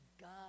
God